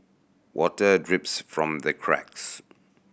water drips from the cracks